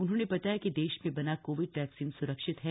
उन्होंने बताया कि देश में बना कोविड वैक्सिन सुरक्षित है